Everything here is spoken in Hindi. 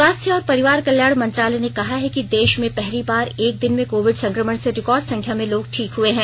स्वास्थ और परिवार कल्याण मंत्रालय ने कहा है कि देश में पहली बार एक दिन में कोविड संक्रमण से रिकॉर्ड संख्या में लोग ठीक हुए हैं